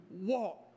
walk